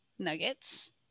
nuggets